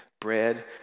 bread